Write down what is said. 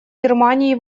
германии